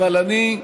אבל אני,